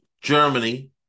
Germany